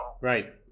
Right